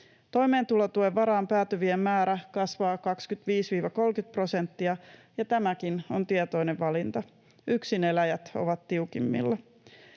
Toimeentulotuen varaan päätyvien määrä kasvaa 25—30 prosenttia, ja tämäkin on tietoinen valinta. Yksineläjät ovat tiukimmilla.